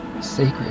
Sacred